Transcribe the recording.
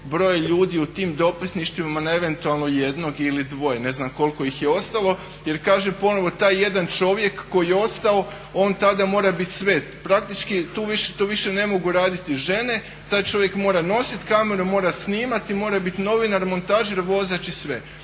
broja ljudi u tim dopisništvima na eventualnog jednog ili dvoje, ne znam koliko ih je ostalo. Jer kaže ponovno taj jedan čovjek koji je ostao on tada mora biti svet. Praktički tu više ne mogu raditi žene, taj čovjek mora nositi kameru, mora snimati, mora biti novinar, montažer, vozač i sve.